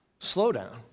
slowdown